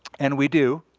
and we do,